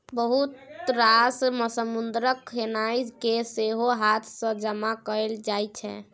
बहुत रास समुद्रक खेनाइ केँ सेहो हाथ सँ जमा कएल जाइ छै